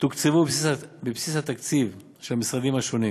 תוקצבו בבסיס התקציב של המשרדים השונים,